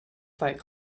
fight